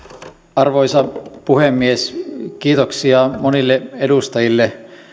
arvoisa puhemies kiitoksia monille edustajille